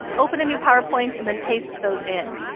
open a new powerpoint, and then paste those in.